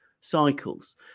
cycles